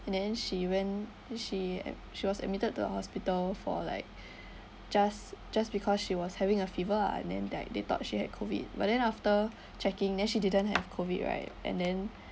and then she went she a~ she was admitted to hospital for like just just because she was having a fever ah then that they thought she had COVID but then after checking then she didn't have COVID right and then